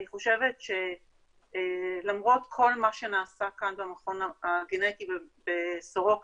אני חושבת שלמרות כל מה שנעשה כאן במכון הגנטי בסורוקה,